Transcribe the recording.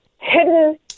hidden